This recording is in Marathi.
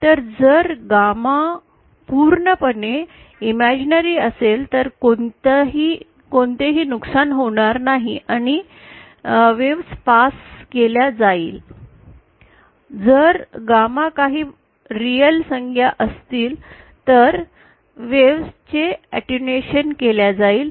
तर जर गामा पूर्णपणे काल्पनिक असेल तर कोणतेही नुकसान होणार नाही आणि लहरी पास केल्या जाईल जर गॅमामध्ये काही वास्तविक संज्ञा असतील तर लहरी चे अटेन्यूएशन केल्या जाईल